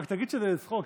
רק תגיד שזה צחוק,